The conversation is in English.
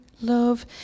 love